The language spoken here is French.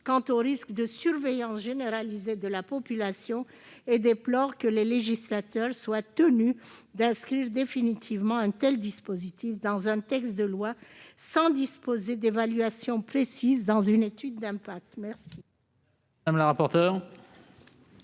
sur les risques de surveillance généralisée de la population et déplore que le législateur soit tenu d'inscrire définitivement un tel dispositif dans un projet de loi sans disposer d'évaluation précise dans une étude d'impact. Quel